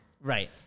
Right